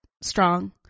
strong